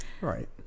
Right